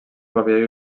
pavelló